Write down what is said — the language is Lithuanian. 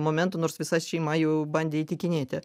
momento nors visa šeima jau bandė įtikinėti